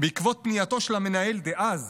בעקבות פנייתו של המנהל דאז